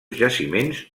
jaciments